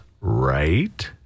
right